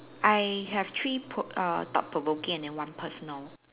I have three pro~ err thought provoking and then one personal